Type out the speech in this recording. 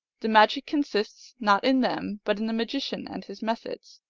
the magic consists not in them, but in the magician and his methods.